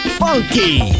funky